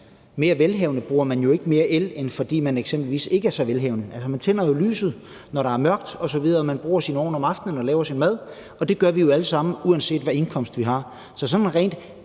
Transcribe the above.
mere el, fordi man er mere velhavende, end hvis man eksempelvis ikke er så velhavende. Altså, man tænder jo lyset, når der er mørkt osv., og man bruger sin ovn om aftenen og laver sin mad, og det gør vi jo alle sammen, uanset hvad indkomst vi har. Så med hensyn